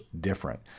different